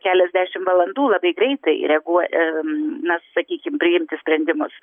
keliasdešim valandų labai greitai reaguo na sakykim priimti sprendimus